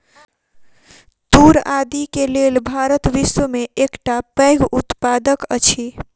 तूर आदि के लेल भारत विश्व में एकटा पैघ उत्पादक अछि